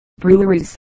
breweries